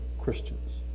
Christians